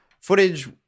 footage